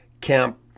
camp